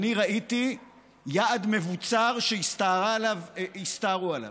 אני ראיתי יעד מבוצר שהסתערו עליו.